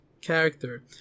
character